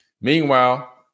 Meanwhile